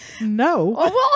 No